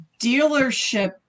Dealership